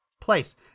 place